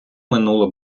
минуло